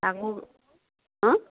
আকৌ হা